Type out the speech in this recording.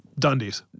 Dundies